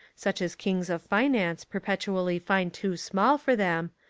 such as kings of finance perpetually find too small for them,